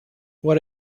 what